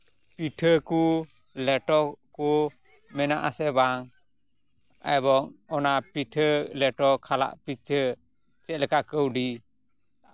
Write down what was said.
ᱯᱤᱴᱷᱟᱹ ᱠᱚ ᱞᱮᱴᱚ ᱠᱚ ᱢᱮᱱᱟᱜᱼᱟ ᱥᱮ ᱵᱟᱝ ᱮᱵᱚᱝ ᱚᱱᱟ ᱯᱩᱴᱷᱟᱹ ᱞᱮᱴᱚ ᱠᱷᱟᱞᱟᱜ ᱯᱤᱪᱷᱟᱹ ᱪᱮᱫ ᱞᱮᱠᱟ ᱠᱟᱹᱣᱰᱤ